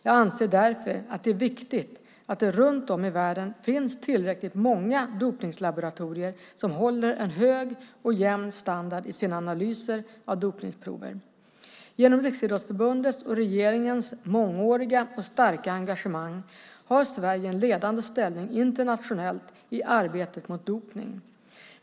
Jag anser därför att det är viktigt att det runt om i världen finns tillräckligt många dopningslaboratorier som håller en hög och jämn standard i sina analyser av dopningsprover. Genom Riksidrottsförbundets och regeringens mångåriga och starka engagemang har Sverige en ledande ställning internationellt i arbetet mot dopning.